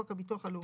חוק הביטוח הלאומי),